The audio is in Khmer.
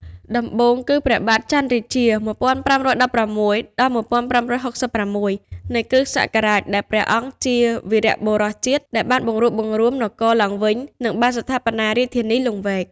ដំបូងគឺ ព្រះបាទចន្ទរាជា ១៥១៦-១៥៦៦ នៃគ្រិស្តសករាជ ដែលព្រះអង្គជាវីរបុរសជាតិដែលបានបង្រួបបង្រួមនគរឡើងវិញ និងបានស្ថាបនារាជធានីលង្វែក។